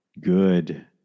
good